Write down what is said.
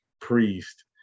priest